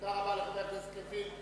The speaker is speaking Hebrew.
תודה רבה לחבר הכנסת לוין.